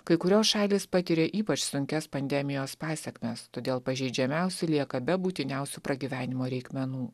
kai kurios šalys patiria ypač sunkias pandemijos pasekmes todėl pažeidžiamiausi lieka be būtiniausių pragyvenimo reikmenų